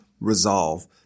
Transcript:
resolve